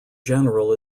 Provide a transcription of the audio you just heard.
general